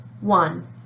One